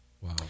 Wow